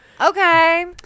Okay